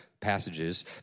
passages